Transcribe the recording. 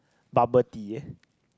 bubble tea eh